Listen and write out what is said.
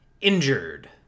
Injured